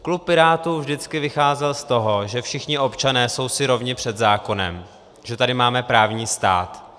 Klub Pirátů vždycky vycházel z toho, že všichni občané jsou si rovni před zákonem, že tady máme právní stát.